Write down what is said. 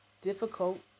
difficult